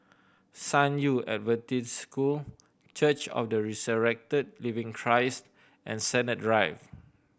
San Yu Adventist School Church of the Resurrected Living Christ and Sennett Drive